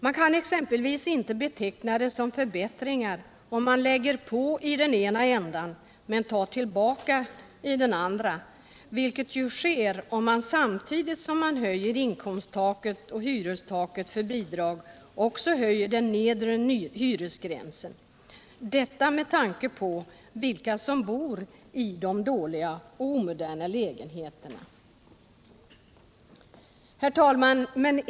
Man kan exempelvis inte beteckna det som förbättringar att man lägger på i den ena änden men tar tillbaka i den andra, vilket sker om man samtidigt som man höjer inkomsttaket och hyrestaket för bidrag också höjer den nedre hyresgränsen — detta med tanke på vilka som bor i de dåliga och omoderna lägenheterna. Herr talman!